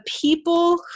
people